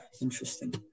Interesting